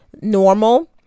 normal